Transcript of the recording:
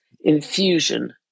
infusion